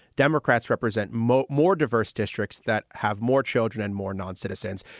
democrats represent much more diverse districts that have more children and more non-citizens.